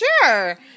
sure